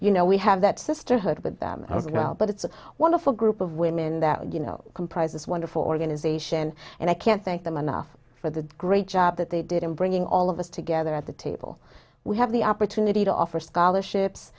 you know we have that sisterhood with them as well but it's a wonderful group of women that you know comprises wonderful organization and i can't thank them enough for the great job that they did in bringing all of us together at the table we have the opportunity to offer scholarships